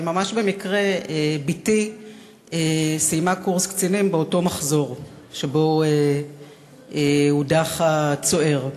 ממש במקרה בתי סיימה קורס קצינים באותו מחזור שבו הודח הצוער.